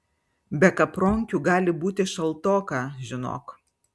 be kapronkių gali būti šaltoka žinok